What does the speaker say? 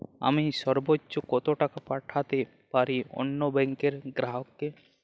আমি সর্বোচ্চ কতো টাকা পাঠাতে পারি অন্য ব্যাংকের গ্রাহক কে?